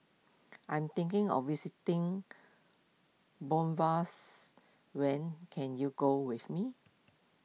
I'm thinking of visiting when can you go with me